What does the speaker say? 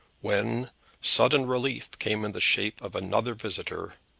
when sudden relief came in the shape of another visitor.